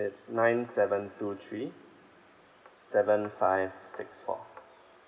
it's nine seven two three seven five six four